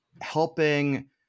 helping